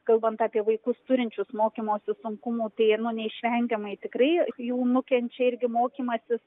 kalbant apie vaikus turinčius mokymosi sunkumų tai nu neišvengiamai tikrai jų nukenčia irgi mokymasis